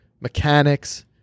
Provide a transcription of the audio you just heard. mechanics